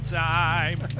time